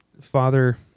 father